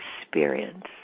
experience